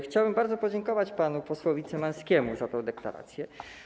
Chciałem bardzo podziękować panu posłowi Cymańskiemu za tę deklarację.